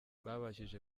babashije